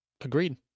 agreed